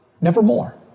Nevermore